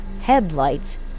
headlights